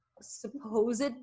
supposed